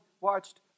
watched